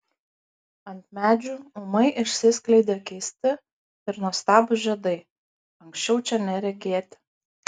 ant medžių ūmai išsiskleidė keisti ir nuostabūs žiedai anksčiau čia neregėti